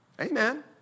Amen